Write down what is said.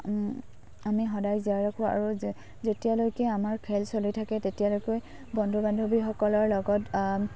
আমি সদায় জীয়াই ৰাখোঁ আৰু যেতিয়ালৈকে আমাৰ খেল চলি থাকে তেতিয়ালৈকে বন্ধু বান্ধৱীসকলৰ লগত